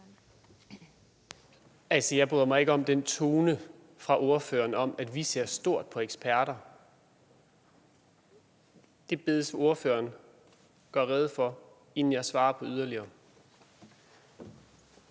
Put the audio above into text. Altså, jeg bryder mig ikke om den tone hos spørgeren, når hun siger, at vi ser stort på eksperter. Det bedes spørgeren gøre rede for, inden jeg svarer på mere.